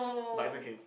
but it's okay